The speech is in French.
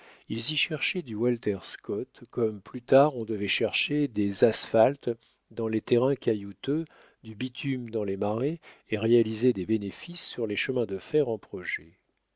ils y cherchaient du walter scott comme plus tard on devait chercher des asphaltes dans les terrains caillouteux du bitume dans les marais et réaliser des bénéfices sur les chemins de fer en projet